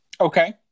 Okay